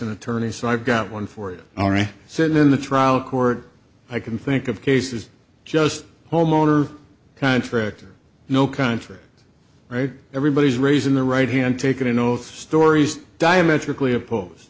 and attorneys i've got one for it all right said in the trial court i can think of cases just homeowner contract or no contract right everybody's raising the right hand take an oath stories diametrically opposed